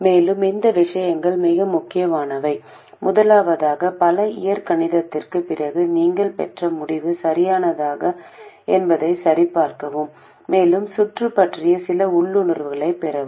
மேலும் இந்த விஷயங்கள் மிக முக்கியமானவை முதலாவதாக பல இயற்கணிதத்திற்குப் பிறகு நீங்கள் பெற்ற முடிவு சரியானதா என்பதைச் சரிபார்க்கவும் மேலும் சுற்று பற்றிய சில உள்ளுணர்வுகளைப் பெறவும்